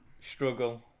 Struggle